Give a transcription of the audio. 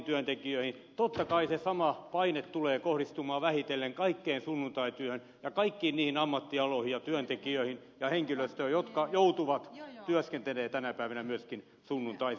totta kai se sama paine tulee kohdistumaan vähitellen kaikkeen sunnuntaityöhön ja kaikkiin niihin ammattialoihin ja työntekijöihin ja henkilöstöön jotka joutuvat työskentelemään tänä päivänä myöskin sunnuntaisin